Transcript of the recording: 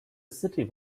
city